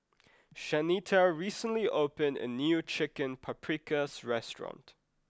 Shanita recently opened a new Chicken Paprikas restaurant